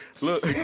Look